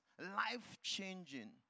life-changing